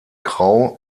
grau